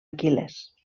aquil·les